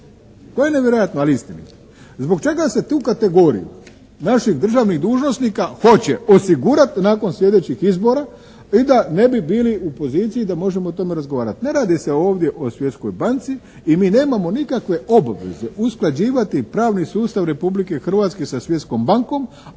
ovo je nevjerojatno ali istinito. Zbog čega se tu kategoriju naših državnih dužnosnika hoće osigurat nakon sljedećih izbora i da ne bi bili u poziciji da možemo o tome razgovarat. Ne radi se ovdje o Svjetskoj banci i mi nemamo nikakve obaveze usklađivati pravni sustav Republike Hrvatske sa Svjetskom bankom